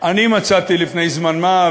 אני מצאתי לפני זמן מה,